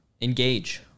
Engage